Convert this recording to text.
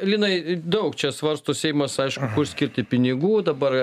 linai daug čia svarsto seimas aišku kur skirti pinigų dabar